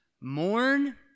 Mourn